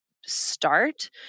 start